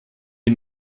die